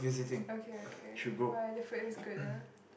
okay okay why the food is good ah